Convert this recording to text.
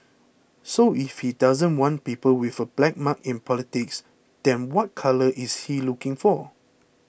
so if he doesn't want people with a black mark in politics then what colour is he looking for